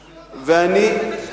כמה דוכנים כאלה יש?